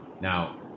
Now